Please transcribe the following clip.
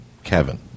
Kevin